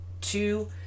Two